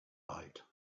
bite